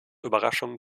überraschungen